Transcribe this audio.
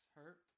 Hurt